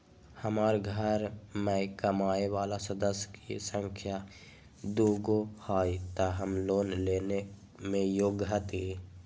हमार घर मैं कमाए वाला सदस्य की संख्या दुगो हाई त हम लोन लेने में योग्य हती?